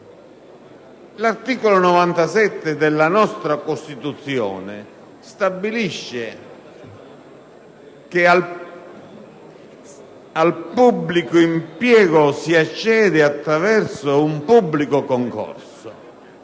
L'articolo 97 della nostra Costituzione stabilisce che al pubblico impiego si accede attraverso un pubblico concorso.